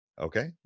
Okay